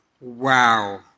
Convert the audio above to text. Wow